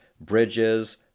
bridges